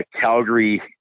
Calgary